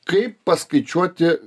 kaip paskaičiuoti